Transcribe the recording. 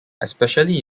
especially